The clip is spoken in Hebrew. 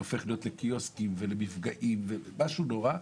זה הופך להיות לקיוסקים ולמפגעים, משהו נורא.